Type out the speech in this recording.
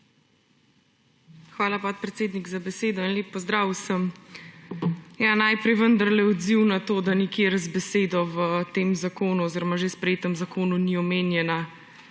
Hvala, podpredsednik, za besedo. Lep pozdrav vsem! Najprej vendarle odziv na to, da nikjer z besedo v tem zakonu oziroma že sprejetem zakonu ni omenjena